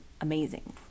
amazing